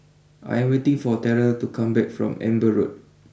I am waiting for Terell to come back from Amber Road